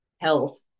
health